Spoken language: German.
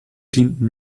dienten